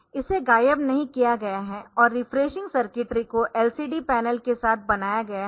इसे गायब नहीं किया गया है और रिफ्रेशिंग सर्किटरी को LCD पैनल के साथ बनाया गया है